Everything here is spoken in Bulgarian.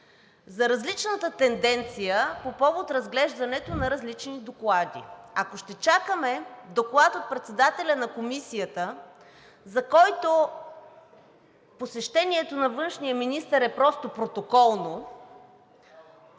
за различната тенденция по повод разглеждането на различни доклади. Ако ще чакаме доклад от председателя на Комисията, за който посещението на външния министър е просто протоколно,